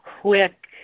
quick